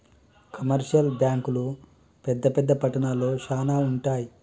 commercial బ్యాంకులు పెద్ద పెద్ద పట్టణాల్లో శానా ఉంటయ్